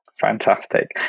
Fantastic